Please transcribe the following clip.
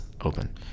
open